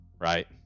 right